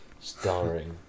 Starring